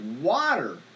water